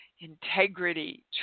integrity